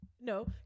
no